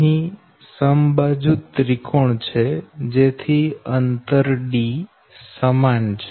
અહી સમબાજુ ત્રિકોણ છે જેથી અંતર d સમાન છે